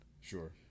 Sure